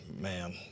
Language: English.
man